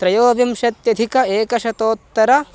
त्रयोविंशत्यधिक एकशतोत्तरम्